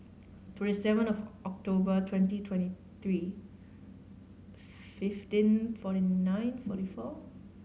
twenty seven of October twenty twenty three fifteen forty nine forty four